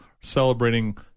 celebrating